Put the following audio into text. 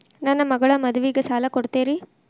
ನನ್ನ ಮಗಳ ಮದುವಿಗೆ ಸಾಲ ಕೊಡ್ತೇರಿ?